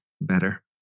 better